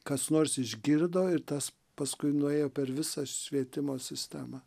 kas nors išgirdo ir tas paskui nuėjo per visą švietimo sistemą